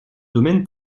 domaine